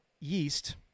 yeast